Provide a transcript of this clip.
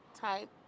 type